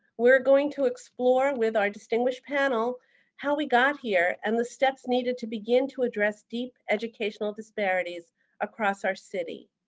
we are going to explore with our distinguished panel how we got here and the steps needed to begin to address deep educational disparities across our city.